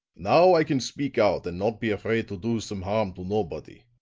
now i can speak out and not be afraid to do some harm to nobody.